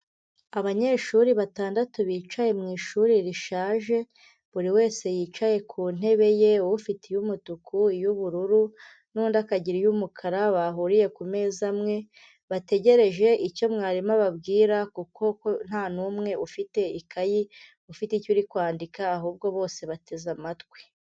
Abanyeshuri batandatu bicaye mu ishuri rishaje, buri wese yicaye ku ntebe ye, ufite iy'umutuku, iy'ubururu n'undi akagira iy'umukara, bahuriye ku meza amwe bategereje icyo mwarimu ababwira kuko nta n'umwe ufite ikayi, ufite icyo uri kwandika, ahubwo bose bateze amatwi.